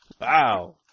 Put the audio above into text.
Wow